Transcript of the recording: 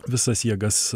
visas jėgas